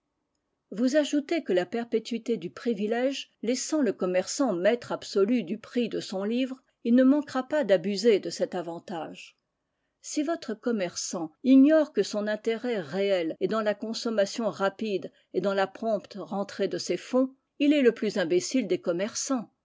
vous ajoutez que la perpétuité du privilège laissant le commerçant maître absolu du prix de son livre il ne manquera pas d'abuser de cet avantage si votre commerçant ignore que son intérêt réel est dans la consommation rapide et dans la prompte rentrée de ses fonds il est le plus imbécile des commerçants